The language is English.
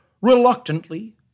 reluctantly